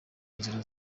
nzira